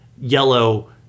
yellow